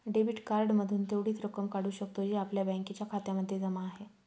debit card मधून तेवढीच रक्कम काढू शकतो, जी आपल्या बँकेच्या खात्यामध्ये जमा आहे